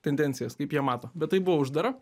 tendencijas kaip jie mato bet tai buvo uždara